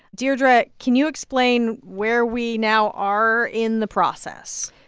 deirdre, can you explain where we now are in the process?